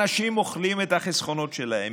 אנשים אוכלים את החסכונות שלהם,